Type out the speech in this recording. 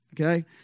okay